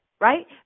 right